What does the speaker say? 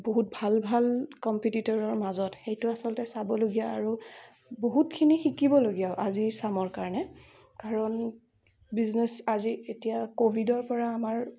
বহুত ভাল ভাল কম্পিডিটৰৰ মাজত সেইটো আচলতে চাবলগীয়া আৰু বহুতখিনি শিকিবলগীয়াও আজিৰ চামৰ কাৰণে কাৰণ বিজনেচ আজিৰ এতিয়া ক'ভিডৰ পৰা আমাৰ